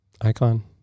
Icon